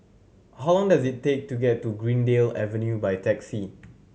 how long does it take to get to Greendale Avenue by taxi